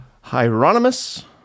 Hieronymus